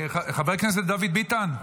חבר הכנסת דוד ביטן,